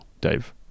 dave